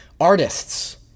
Artists